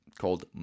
called